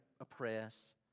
oppress